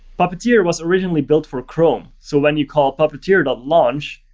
puppeteer was originally built for chrome. so when you call puppeteer and launch,